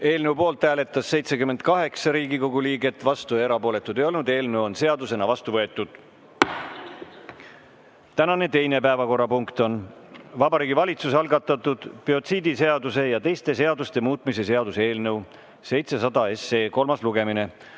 Eelnõu poolt hääletas 78 Riigikogu liiget, vastuolijaid ja erapooletuid ei olnud. Eelnõu on seadusena vastu võetud. Tänane teine päevakorrapunkt on Vabariigi Valitsuse algatatud biotsiidiseaduse ja teiste seaduste muutmise seaduse eelnõu 700 kolmas lugemine.